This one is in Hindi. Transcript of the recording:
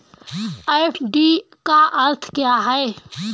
एफ.डी का अर्थ क्या है?